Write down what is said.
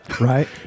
right